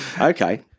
Okay